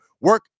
work